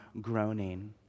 groaning